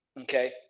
Okay